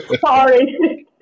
sorry